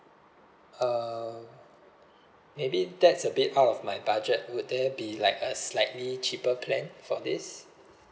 uh maybe that's a bit out of my budget would there be like a slightly cheaper plan for this